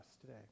today